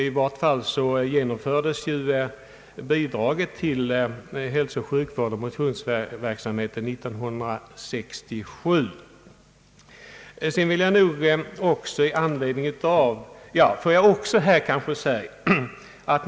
I vart fall infördes bidragen till hälsooch sjukvård samt motionsverksamheten för studerande år 1967.